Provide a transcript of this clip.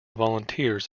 volunteers